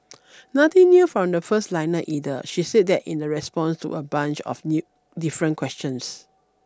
nothing new from the first liner either she said that in the response to a bunch of new different questions